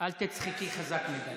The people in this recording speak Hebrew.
אל תצחקי חזק מדי,